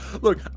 look